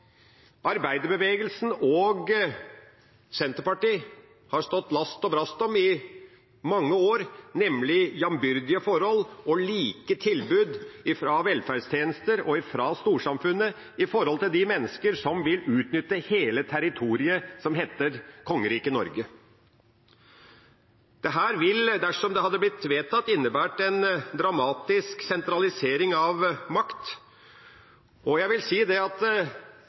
arbeiderbevegelsen og Senterpartiet har stått last og brast om i mange år, nemlig jambyrdige forhold og like tilbud fra velferdstjenester og fra storsamfunnet når det gjelder de mennesker som vil utnytte hele territoriet som heter Kongeriket Norge. Dette ville, dersom det hadde blitt vedtatt, innebåret en dramatisk sentralisering av makt, og jeg vil si det at